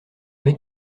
mecs